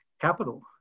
capital